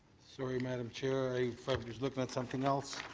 sorry, madam chair, i was looking at something else.